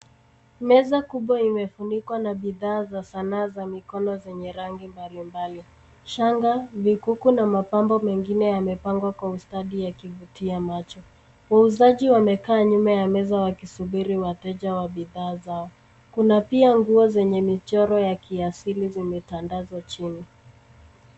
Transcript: Meza kubwa imefunikwa na bidhaa za sanaa za mikono zenye rangi mbalimbali. Shanga, vikuku na mapambo mengine yamepangwa kwa ustadi yakivutia macho. Wauzaji wamekaa nyuma ya meza wakisubiri wateja wa bidhaa zao. Kuna pia nguo zenye michoro ya kiasili zimetandazwa chini.